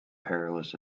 perilous